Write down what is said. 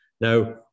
Now